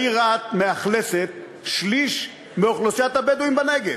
העיר רהט מאכלסת שליש מאוכלוסיית הבדואים בנגב.